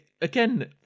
again